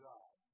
God